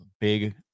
big